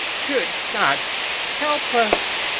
good god help us!